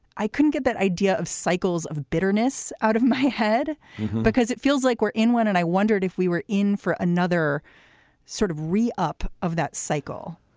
i couldn't get that idea of cycles of bitterness out of my head because it feels like we're in one. and i wondered if we were in for another sort of re up of that cycle